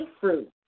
fruit